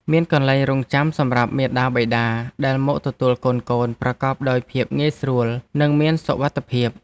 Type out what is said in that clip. មានកន្លែងរង់ចាំសម្រាប់មាតាបិតាដែលមកទទួលកូនៗប្រកបដោយភាពងាយស្រួលនិងមានសុវត្ថិភាព។